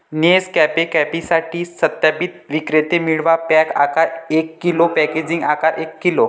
Nescafe कॉफीसाठी सत्यापित विक्रेते मिळवा, पॅक आकार एक किलो, पॅकेजिंग आकार एक किलो